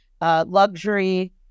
luxury